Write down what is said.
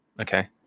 Okay